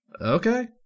Okay